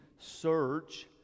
Search